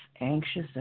anxious